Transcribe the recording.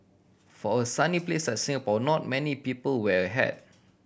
for a sunny place like Singapore not many people wear a hat